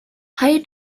higher